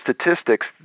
statistics